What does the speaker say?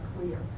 clear